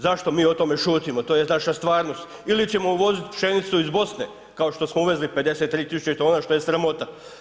Zašto mi o tome šutimo, to je naša stvarnost ili ćemo uvozit pšenicu iz Bosne kao što smo uvezli 53.000 tona što je sramota.